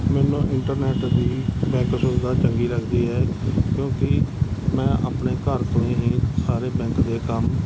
ਮੈਨੂੰ ਇੰਟਰਨੈਟ ਦੀ ਬੈਂਕ ਸੁਵਿਧਾ ਚੰਗੀ ਲੱਗਦੀ ਹੈ ਕਿਉਂਕਿ ਮੈਂ ਆਪਣੇ ਘਰ ਤੋਂ ਹੀ ਸਾਰੇ ਬੈਂਕ ਦੇ ਕੰਮ